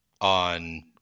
on